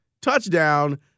Touchdown